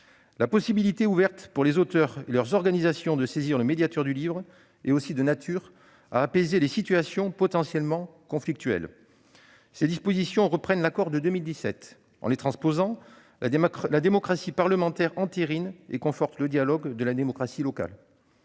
La possibilité ouverte pour les auteurs et leurs organisations de saisir le médiateur du livre est aussi de nature à apaiser les situations potentiellement conflictuelles. Ces dispositions reprennent l'accord de 2017. En les transposant, la démocratie parlementaire entérine et conforte le dialogue de la démocratie sociale.